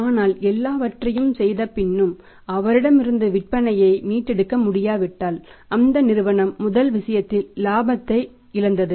ஆனால் எல்லாவற்றையும் செய்தபின்னும் அவரிடமிருந்து விற்பனையை மீட்டெடுக்க முடியாவிட்டால் அந்த நிறுவனம் முதல் விஷயத்தில் இலாபத்தை இழந்தது